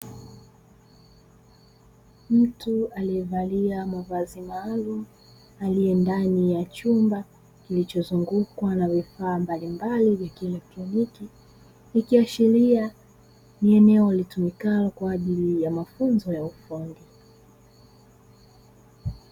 Mtu aliyevalia mavazi maalumu aliye ndani ya chumba kilichozungukwa na vifaa mbalimbali vya kielektroniki, ikiashiria ni eneo litumikalo kwa ajili ya mafunzo ya ufundi.